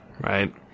Right